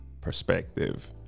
perspective